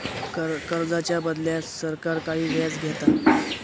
कर्जाच्या बदल्यात सरकार काही व्याज घेता